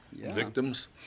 Victims